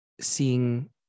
seeing